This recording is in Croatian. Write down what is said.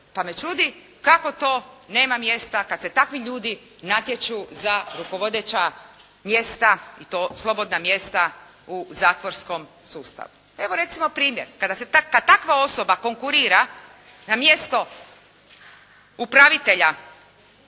pa me čudi kako to nema mjesta kada se takvi ljudi natječu za rukovodeća mjesta i to slobodna mjesta u zatvorskom sustavu. Evo recimo primjer kada takva osoba konkurira na mjesto upravitelja